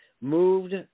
moved